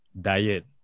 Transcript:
diet